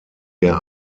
der